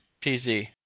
PZ